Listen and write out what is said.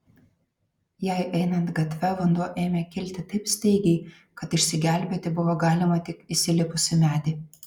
jai einant gatve vanduo ėmė kilti taip staigiai kad išsigelbėti buvo galima tik įsilipus į medį